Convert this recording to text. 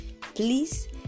Please